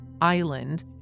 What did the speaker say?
island